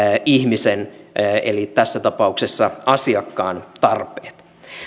ihmisen eli tässä tapauksessa asiakkaan tarpeet